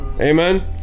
Amen